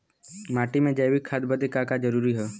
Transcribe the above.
माटी में जैविक खाद बदे का का जरूरी ह?